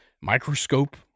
microscope